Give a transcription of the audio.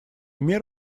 мер